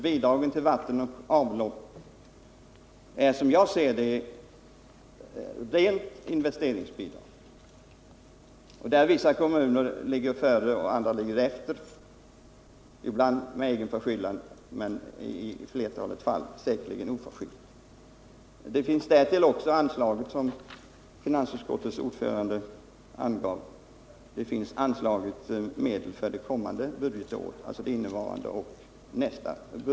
Bidraget till vatten och avlopp är, som jag ser det, ett rent investeringsbidrag, där vissa kommuner ligger före och andra ligger efter, ibland av egen förskyllan men i flertalet fall säkerligen oförskyllt. Därtill finns det, såsom finansutskottets ordförande angav, medel anslagna för det kommande budgetåret.